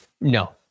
No